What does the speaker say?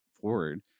forward